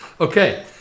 Okay